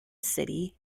city